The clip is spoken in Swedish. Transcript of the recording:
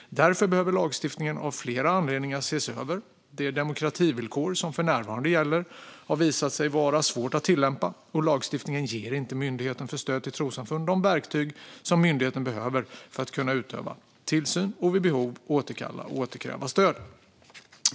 Därför behöver lagstiftningen av flera anledningar ses över. Det demokrativillkor som för närvarande gäller har visat sig vara svårt att tillämpa, och lagstiftningen ger inte Myndigheten för stöd till trossamfund de verktyg som myndigheten behöver för att kunna utöva tillsyn och vid behov återkalla och återkräva stöd.